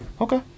Okay